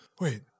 wait